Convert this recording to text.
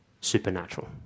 supernatural